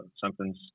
something's